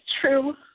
true